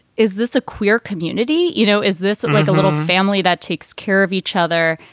is this a queer community? you know, is this and like a little family that takes care of each other?